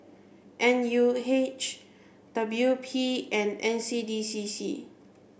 N U H W P and N C D C C